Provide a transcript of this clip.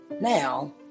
Now